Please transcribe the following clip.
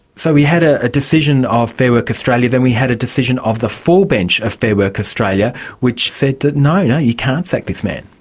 so we had a a decision of fair work australia, then we had a decision of the full bench of fair work australia which said that no, you can't sack this man.